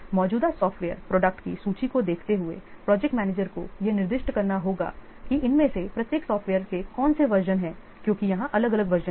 मौजूदा software product की सूची को देखते हुए प्रोजेक्ट मैनेजर को यह निर्दिष्ट करना होगा कि इनमें से प्रत्येक सॉफ़्टवेयर के कौन से वर्जन हैं क्योंकि यहां अलग अलग वर्जन हैं